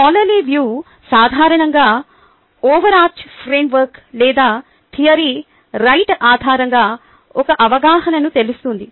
scholarly view సాధారణంగా overarch framework లేదా theory right ఆధారంగా ఒక అవగాహనను తెస్తుంది